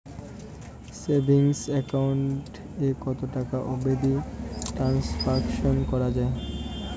Savings account এ কতো টাকা অবধি ট্রানসাকশান করা য়ায়?